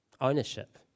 ownership